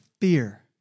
fear